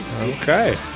okay